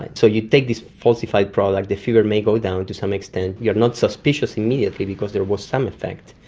so you'd take this falsified product, the fever may go down to some extent, you're not suspicious immediately because there was some effect,